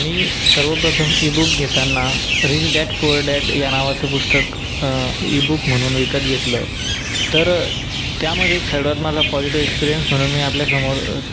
मी सर्वप्रथम e book घेताना Rich Dad Poor Dad या नावाचं पुस्तक ई बुक म्हणून विकत घेतलं तर त्यामध्ये माझा पॉजिटिव एक्सपीरियन्स म्हणून मी आपल्यासमोर